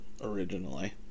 originally